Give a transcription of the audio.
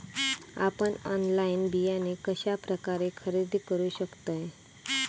आपन ऑनलाइन बियाणे कश्या प्रकारे खरेदी करू शकतय?